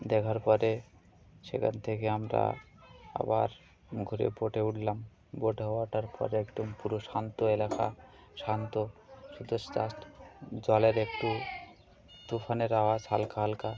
দেখার পরে সেখান থেকে আমরা আবার ঘুরে বোটে উঠলাম বোটে হওয়াটার পরে একদম পুরো শান্ত এলাকা শান্ত সুধু জলের একটু তুফানের আওয়াজ হালকা হালকা